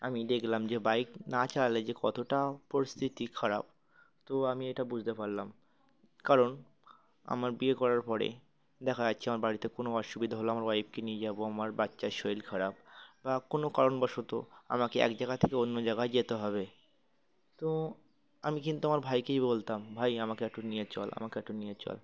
আমি দেখলাম যে বাইক না চালালে যে কতটা পরিস্থিতি খারাপ তো আমি এটা বুঝতে পারলাম কারণ আমার বিয়ে করার পরে দেখা যাচ্ছে আমার বাড়িতে কোনো অসুবিধা হল আমার ওয়াইফকে নিয়ে যাবো আমার বাচ্চার শরীর খারাপ বা কোনো কারণবশত আমাকে এক জায়গা থেকে অন্য জায়গায় যেতে হবে তো আমি কিন্তু আমার ভাইকেই বলতাম ভাই আমাকে একটু নিয়ে চল আমাকে একটু নিয়ে চল